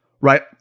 right